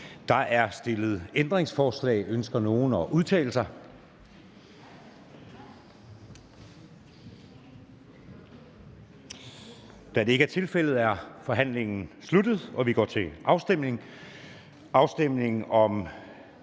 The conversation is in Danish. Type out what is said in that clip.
Der er stillet ændringsforslag. Ønsker nogen at udtale sig? Da det ikke er tilfældet, er forhandlingen sluttet, og vi går til afstemning. Kl.